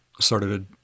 started